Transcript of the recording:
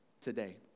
today